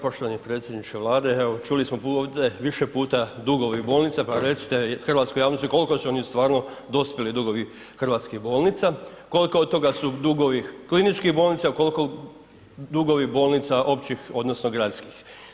Poštovani predsjedniče Vlade, evo čuli smo ovde više puta dugovi bolnice, pa recite hrvatskoj javnosti koliko su oni stvarno dospjeli dugovi hrvatskih bolnica, koliko od toga su dugovi kliničkih bolnica, kolko dugovi bolnica općih odnosno gradskih?